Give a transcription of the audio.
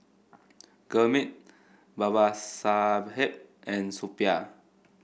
Gurmeet Babasaheb and Suppiah